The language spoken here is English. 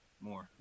more